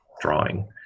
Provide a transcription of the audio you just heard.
drawing